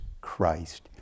Christ